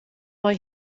mei